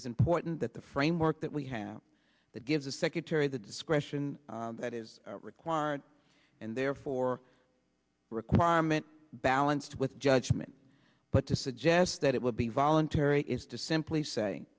is important that the framework that we have that gives the secretary the discretion that is required and therefore requirement balanced with judgment but to suggest that it will be voluntary is to simply say